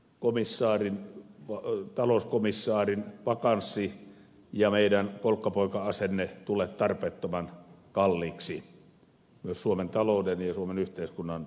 toivottavasti ei talouskomissaarin vakanssi ja meidän kolkkapoika asenne tule tarpeettoman kalliiksi myös suomen talouden ja suomen yhteiskunnan näkökulmasta